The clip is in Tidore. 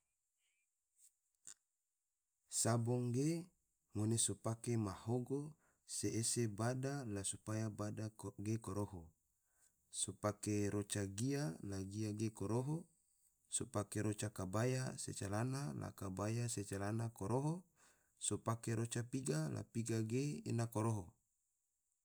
Sabong ge, ngone so pake mahogo se ese bada la supaya bada ge koroho, so pake roca gai la gia ge koroho, so pake roca kabaya se calana la kabaya se calana koroho, so pake roca piga la piga ge ena koroho